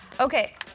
Okay